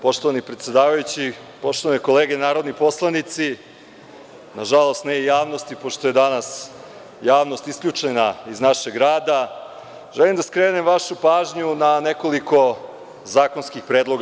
Poštovani predsedavajući, poštovane kolege narodni poslanici, nažalost ne i javnosti, pošto je danas javnost isključena iz našeg rada, želim da skrenem vašu pažnju na nekoliko zakonskih predloga.